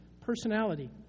personality